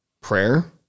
prayer